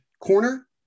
corner